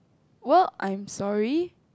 well I'm sorry